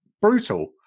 brutal